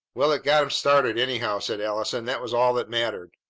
well, it got em started, anyhow, said allison. that was all that mattered.